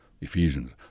Ephesians